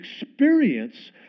experience